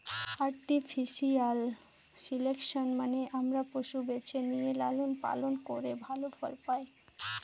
artificial selection মানে আমরা পশু বেছে নিয়ে লালন পালন করে ভালো ফল পায়